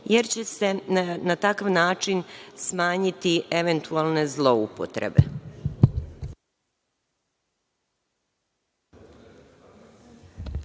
jer će se na takav način smanjiti eventualne zloupotrebe.